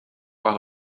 while